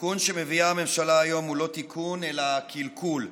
לא תיקון אלא קלקול.